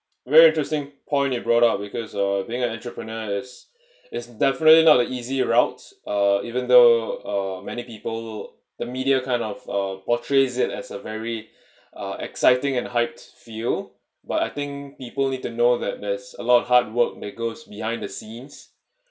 very interesting point you brought up because uh being entrepreneur is is definitely not easy routes uh even though uh many people the media kind of uh portrays it as a very uh exciting and hyped feel but I think people need to know that there's a lot of hard work that goes behind the scenes